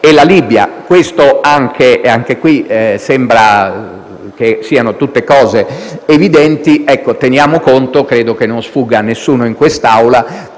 e la Libia. Anche qui, sembra che siano tutte cose evidenti, ma teniamo conto - credo non sfugga a nessuno in quest'Aula